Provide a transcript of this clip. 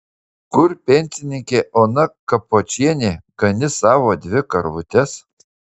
kur pensininkė ona kapočienė ganys savo dvi karvutes